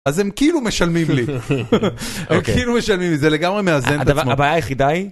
אז הם כאילו משלמים לי, הם כאילו משלמים לי, זה לגמרי מאזן את עצמו. הבעיה היחידה היא...